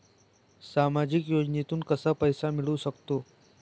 सामाजिक योजनेतून कसा पैसा मिळू सकतो?